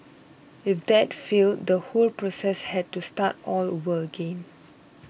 if that failed the whole process had to start all over again